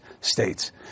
states